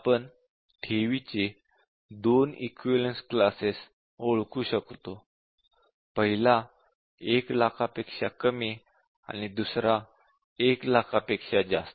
आपण ठेवीचे दोन इक्विवलेन्स क्लासेस ओळखू शकतो पहिला 1 लाखापेक्षा कमी आणि दुसरा 1 लाखापेक्षा जास्त